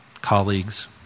colleagues